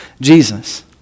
Jesus